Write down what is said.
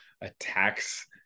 attacks